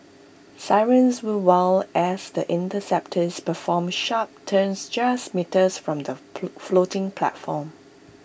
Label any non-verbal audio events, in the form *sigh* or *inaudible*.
sirens will wail as the interceptors perform sharp turns just metres from the *unintelligible* floating platform